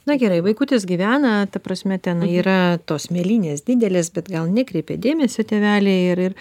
na gerai vaikutis gyvena ta prasme ten yra tos mėlynės didelės bet gal nekreipia dėmesio tėveliai ir ir